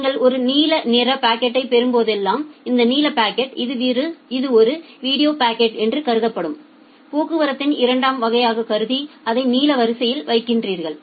நீங்கள் ஒரு நீல நிற பாக்கெட்டைப் பெறும்போதெல்லாம் இந்த நீல பாக்கெட் இது ஒரு வீடியோ பாக்கெட் என்று கருதப்படும் போக்குவரத்தின் இரண்டாம் வகையாக கருதி அதை நீல வரிசையில் வைக்கிறீர்கள்